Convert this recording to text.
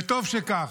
וטוב שכך.